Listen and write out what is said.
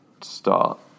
start